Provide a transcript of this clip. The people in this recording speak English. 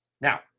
Now